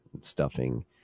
stuffing